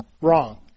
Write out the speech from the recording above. wrong